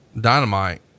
dynamite